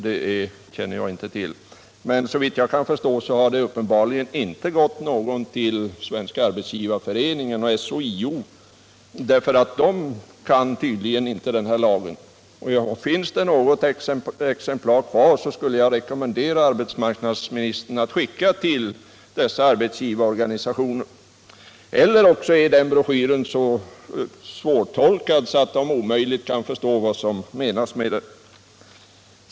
Detta känner jag inte till, men såvitt jag kan förstå har det uppenbarligen inte gått några exemplar till Svenska arbetsgivareföreningen eller SHIO. De kan tydligen inte den här lagen, så finns det något exemplar kvar skulle jag rekommendera arbetsmarknadsministern att skicka det till dessa arbetsgivareorganisationer. Eller också är broschyren så svårtolkad att de omöjligt kan förstå vad som menas med den.